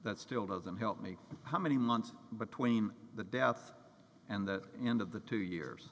that still doesn't help me how many months between the death and that end of the two years